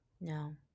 no